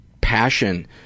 passion